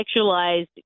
sexualized